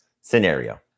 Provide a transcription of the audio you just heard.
scenario